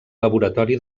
laboratori